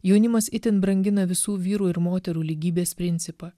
jaunimas itin brangina visų vyrų ir moterų lygybės principą